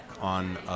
on